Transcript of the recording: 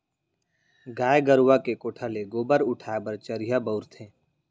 गाय गरूवा के कोठा ले गोबर उठाय बर चरिहा बउरथे